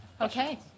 Okay